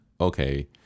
okay